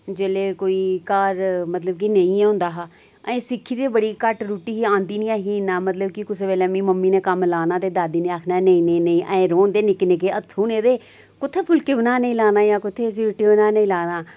जेल्लै कोई घर मतलब कि नेईं होंदा हा असें सिक्खी दी गै बड़ी घट्ट रुट्टी ही आंदी गै नेईं ही इन्ना मतलब कि कुसै बेल्ले मिगी मम्मी नै कम्म लाना ते दादी ने आक्खना नेईं नेईं अजें रौह्न दे निक्के निक्के हत्थू न एह्दे कुत्थै फुलके बनाने गी लाना कुत्थै इसी रुट्टी बनाने गी लाना